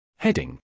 Heading